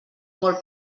molt